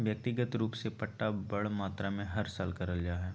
व्यक्तिगत रूप से पट्टा बड़ मात्रा मे हर साल करल जा हय